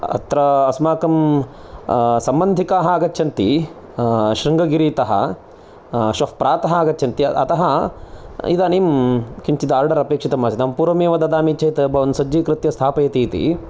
अत्र अस्माकं सम्बन्धिकाः आगच्छन्ति शृङ्गगिरितः श्वः प्रातः आगच्छन्ति अतः इदानीं किञ्चित् आर्डर् अपेक्षितम् आसीत् पूर्वमेव ददामि चेत् भवान् सज्जीकृत्य स्थापयति इति